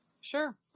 Sure